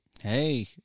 Hey